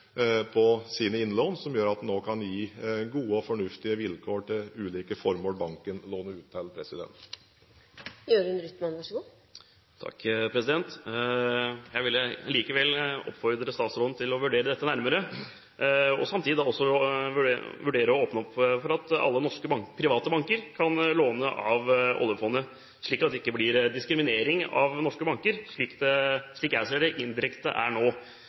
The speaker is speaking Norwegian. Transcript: på sine innlån, som også gjør at den kan gi gode og fornuftige vilkår til ulike formål banken låner ut til. Jeg vil likevel oppfordre statsråden til å vurdere dette nærmere og samtidig også vurdere å åpne opp for at alle norske private banker kan låne av oljefondet, slik at det ikke blir diskriminering av norske banker, slik det – slik jeg ser det – indirekte er nå,